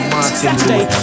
Saturday